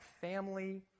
family